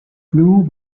blew